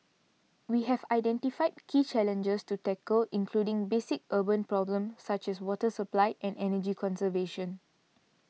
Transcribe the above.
we have identified key challenges to tackle including basic urban problems such as water supply and energy conservation